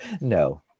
No